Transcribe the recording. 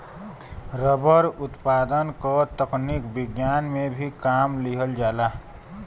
rubber उत्पादन क तकनीक विज्ञान में भी काम लिहल जाला